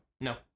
No